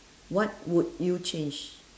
what would you change